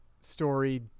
story